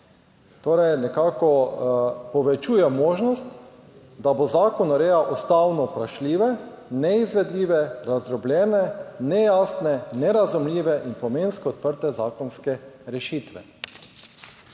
Torej, nekako povečujejo možnost, da bo zakon urejal ustavno vprašljive, neizvedljive, razdrobljene, nejasne, nerazumljive in pomensko odprte zakonske rešitve.